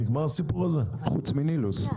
חוץ מ"נילוס".